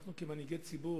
אנחנו כמנהיגי ציבור,